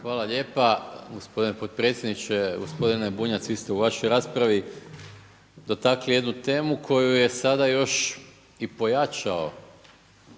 Hvala lijepa gospodine potpredsjedniče. Gospodine Bunjac, vi ste u vašoj raspravi dotakli jednu temu koja je sada još i pojačao